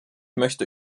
möchte